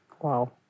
Wow